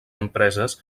empreses